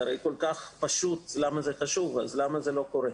אם זה כל כך חשוב, למה זה לא קורה?